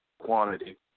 quantity